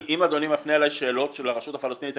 אם אדוני מפנה אליי שאלות על הרשות הפלסטינית,